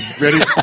Ready